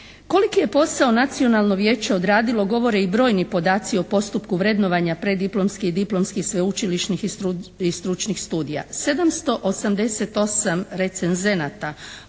Koliki je posao nacionalno vijeće odradilo govore i brojni podaci o postupku vrednovanja preddiplomskih i diplomskih sveučilišnih i stručnih studija.